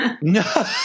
no